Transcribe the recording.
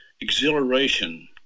exhilaration